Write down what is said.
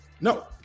no